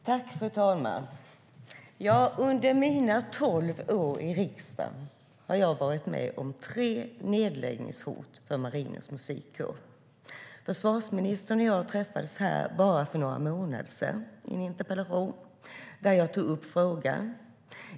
Fru talman! Under mina tolv år i riksdagen har jag varit med om tre nedläggningshot för Marinens Musikkår. Försvarsministern och jag träffades här för bara några månader sedan i en interpellationsdebatt där jag tog upp frågan.